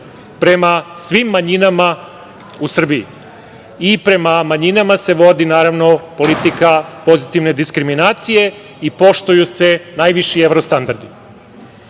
prema svim manjinama u Srbiji, i prema manjinama se vodi naravno politika pozitivne diskriminacije i poštuju se najviši evrostandardi. Ono